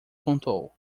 contou